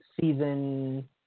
season